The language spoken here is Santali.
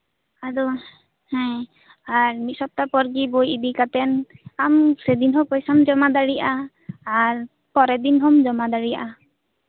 ᱟᱫᱚ ᱢᱤᱫ ᱥᱚᱯᱛᱟ ᱯᱚᱨᱜᱮ ᱵᱳᱭ ᱤᱫᱤ ᱠᱟᱛᱮᱫ ᱟᱢ ᱥᱮᱫᱤᱱ ᱦᱚᱸ ᱯᱚᱭᱥᱟᱢ ᱡᱚᱢᱟ ᱫᱟᱲᱮᱭᱟᱜᱼᱟ ᱟᱨ ᱯᱚᱨᱮᱨ ᱫᱤᱱ ᱦᱚᱢ ᱡᱚᱢᱟ ᱫᱟᱲᱮᱭᱟᱜᱼᱟ